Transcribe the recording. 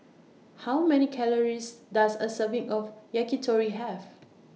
How Many Calories Does A Serving of Yakitori Have